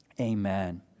amen